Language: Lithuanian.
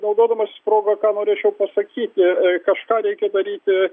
naudodamasis proga ką norėčiau pasakyti kažką reikia daryti